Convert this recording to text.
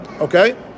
Okay